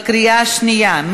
בקריאה השנייה.